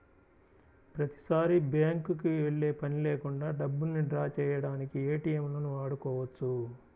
ప్రతిసారీ బ్యేంకుకి వెళ్ళే పని లేకుండా డబ్బుల్ని డ్రా చేయడానికి ఏటీఎంలను వాడుకోవచ్చు